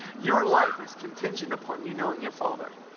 your life is contingent upon you knowing your father.